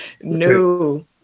No